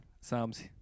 Psalms